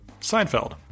Seinfeld